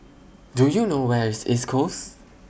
Do YOU know Where IS East Coast